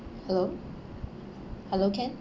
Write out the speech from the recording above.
hello hello can